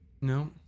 no